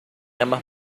ambas